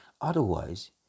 Otherwise